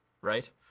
right